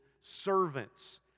servants